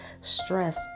stress